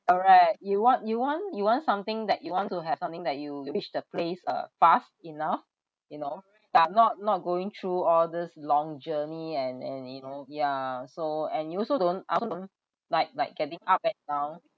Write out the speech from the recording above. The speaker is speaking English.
correct you want you want you want something that you want to have something that you reach the place uh fast enough you know but not not going through all these long journey and and you know yeah so and you also don't you also don't like like getting up at town